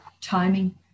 timing